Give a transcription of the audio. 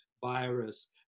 virus